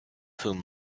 whom